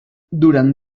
durant